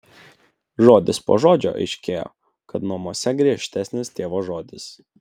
žodis po žodžio aiškėjo kad namuose griežtesnis tėvo žodis